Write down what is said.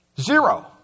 Zero